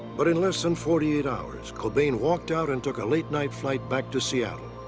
but in less than forty eight hours, cobain walked out and took a late night flight back to seattle.